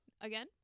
Again